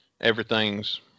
everything's